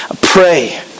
pray